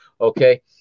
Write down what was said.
Okay